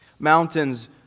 Mountains